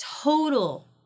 total